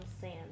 sand